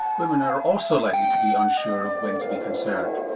women are also likely to be unsure of when to be concerned.